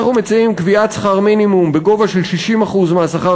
אנחנו מציעים קביעת שכר מינימום בגובה של 60% מהשכר